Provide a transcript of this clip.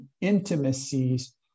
intimacies